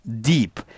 deep